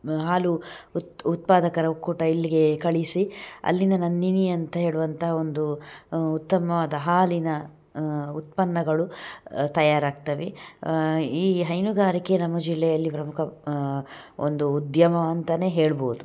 ಹಾಲು ಉತ್ ಉತ್ಪಾದಕರ ಒಕ್ಕೂಟ ಇಲ್ಲಿಗೆ ಕಳಿಸಿ ಅಲ್ಲಿನ ನಂದಿನಿ ಅಂತ ಹೇಳುವಂಥ ಒಂದು ಉತ್ತಮವಾದ ಹಾಲಿನ ಉತ್ಪನ್ನಗಳು ತಯಾರಾಗ್ತವೆ ಈ ಹೈನುಗಾರಿಕೆ ನಮ್ಮ ಜಿಲ್ಲೆಯಲ್ಲಿ ಪ್ರಮುಖ ಒಂದು ಉದ್ಯಮ ಅಂತ ಹೇಳ್ಬೋದು